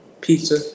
Pizza